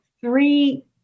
three